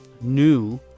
new